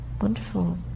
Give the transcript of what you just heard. wonderful